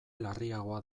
larriagoa